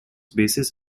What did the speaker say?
basis